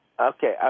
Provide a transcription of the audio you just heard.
Okay